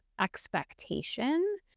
expectation